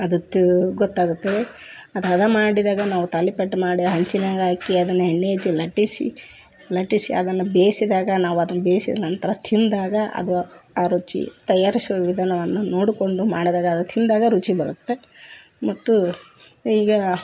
ಅದಕ್ಕೆ ಗೊತ್ತಾಗುತ್ತೆ ಅದು ಹದ ಮಾಡಿದಾಗ ನಾವು ತಾಲಿಪಟ್ ಮಾಡಿ ಹಂಚಿನ್ಯಾಗೆ ಹಾಕಿ ಅದನ್ನು ಎಣ್ಣೆ ಹಚ್ಚಿ ಲಟ್ಟಿಸಿ ಲಟ್ಟಿಸಿ ಅದನ್ನು ಬೇಯಿಸಿದಾಗ ನಾವು ಅದನ್ನು ಬೇಯಿಸಿದ್ ನಂತರ ತಿಂದಾಗ ಅದು ಆ ರುಚಿ ತಯಾರಿಸುವ ವಿಧಾನವನ್ನು ನೋಡಿಕೊಂಡು ಮಾಡಿದಾಗ ಅದು ತಿಂದಾಗ ರುಚಿ ಬರುತ್ತೆ ಮತ್ತೂ ಈಗ